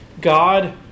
God